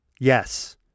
Yes